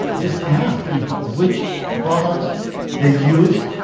just ask people which products they use,